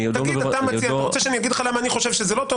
אתה רוצה שאני אגיד לך למה אני חושב שזה לא טוב?